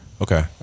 Okay